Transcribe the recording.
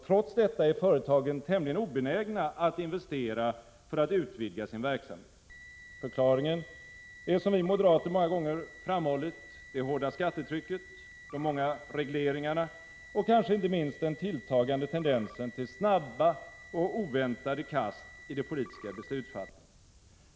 Trots detta är företagen tämligen obenägna att investera för att utvidga sin verksamhet. Förklaringen är, som vi moderater många gånger framhållit, det hårda skattetrycket, de många regleringarna och kanske inte minst den tilltagande tendensen till snabba och oväntade kast i det politiska beslutsfattandet.